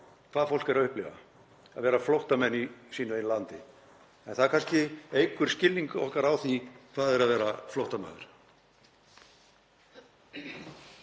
hvað fólk er að upplifa, að vera flóttamenn í sínu eigin landi. En það kannski eykur skilning okkar á því hvað það er að vera flóttamaður.